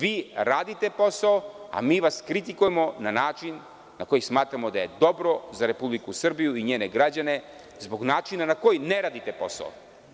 Vi radite posao, a mi vas kritikujemo na način za koji smatramo da je dobro za Republiku Srbiju i njene građane zbog načina na koji ne radite posao.